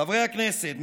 חברי הכנסת,